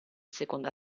seconda